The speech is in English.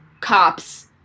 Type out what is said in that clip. cops